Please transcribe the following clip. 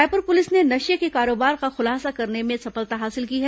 Raipur police ने नशे के कारोबार का खुलासा करने में सफलता हासिल की है